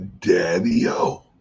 Daddy-o